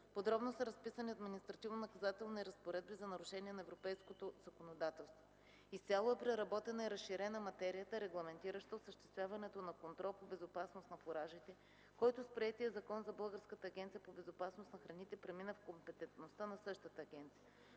Подробно са разписани административнонаказателни разпоредби за нарушения на европейското законодателство. Изцяло е преработена и разширена материята, регламентираща осъществяването на контрол по безопасност на фуражите, който с приетия Закон за Българската агенция по безопасност на храните премина в компетентността на същата агенция.